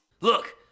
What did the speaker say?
Look